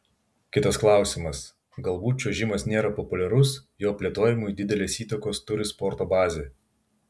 kitas klausimas galbūt čiuožimas nėra populiarus jo plėtojimui didelės įtakos turi sporto bazė